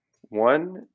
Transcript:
One